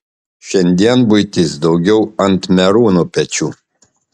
šiandien buitis daugiau ant merūno pečių